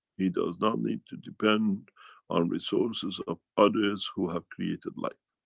he does not need to depend on resources of others who have created life.